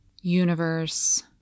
universe